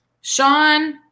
Sean